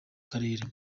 karere